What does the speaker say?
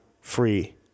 free